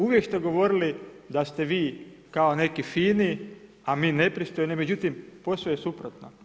Uvijek ste govorili da ste vi kao neki fini a mi nepristojni međutim posve je suprotno.